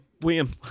William